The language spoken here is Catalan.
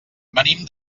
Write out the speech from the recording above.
venim